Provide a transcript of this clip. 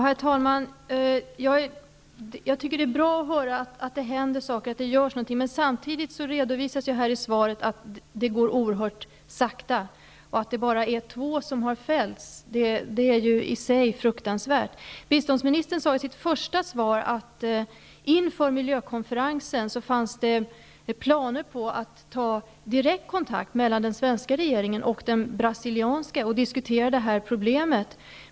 Herr talman! Det är bra att det händer saker, men samtidigt redovisas i svaret att det går oerhört sakta. Att det bara är två som har fällts för dessa brott är ju fruktansvärt i sig. Biståndsministern sade i sitt första svar att det inför miljökonferensen fanns planer på att ta direkt kontakt mellan den svenska och den brasilianska regringen och diskutera det här problemet.